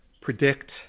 predict